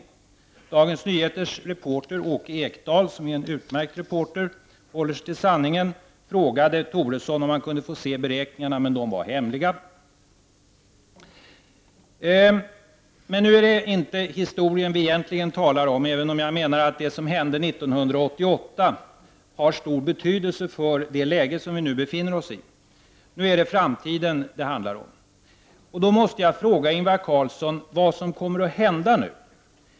Dagens Nyheters reporter Åke Ekdahl, som är en utmärkt reporter och som håller sig till sanningen, frågade Toresson om det gick att få se beräkningarna, men de var hemliga. Det är dock egentligen inte historien vi talar om nu, även om jag menar att det som hände 1988 har stor betydelse för det läge som vi nu befinner oss i. Nu är det framtiden det handlar om. Jag måste då fråga Ingvar Carlsson vad som kommer att hända nu.